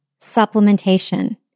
supplementation